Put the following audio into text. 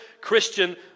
Christian